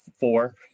four